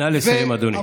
נא לסיים, אדוני.